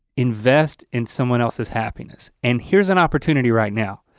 invest in someone else's happiness. and here's an opportunity right now.